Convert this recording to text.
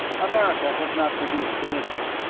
america has not produced the mystic,